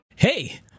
Hey